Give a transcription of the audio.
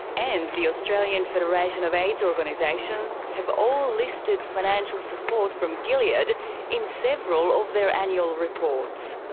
and the australian federation of aids organisations have all listed financial support from gilead in several of their annual reports.